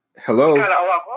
Hello